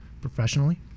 professionally